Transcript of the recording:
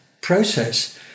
process